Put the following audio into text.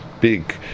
big